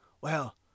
Well